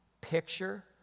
picture